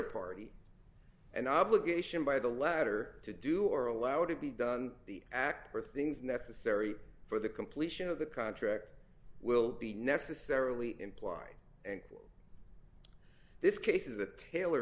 party an obligation by the latter to do or allow to be done the actor things necessary for the completion of the contract will be necessarily imply and this case is a tailor